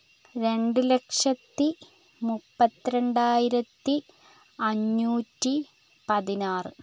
രണ്ട് ലക്ഷത്തി മുപ്പത്തി രണ്ടായിരത്തി അഞ്ഞൂറ്റി പതിനാറ്